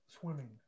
swimming